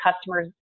customers